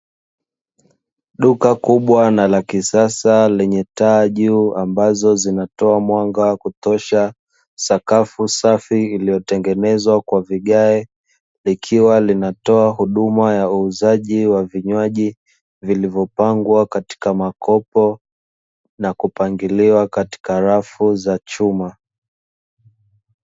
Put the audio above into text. Duka kubwa na lakisasa lenye taa juu ambazo zinatoa mwanga wa kutosha sakafu safi, iloyotengenezwa kwa vigae likiwa linatoa huduma ya uuzaji wa vinywaji vilivyo pangwa katika makopo na kupangiliwa katika rafu za chuma.